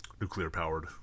nuclear-powered